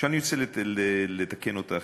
אני רוצה לתקן אותך,